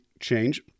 change